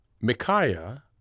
Micaiah